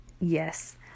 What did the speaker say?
yes